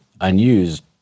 unused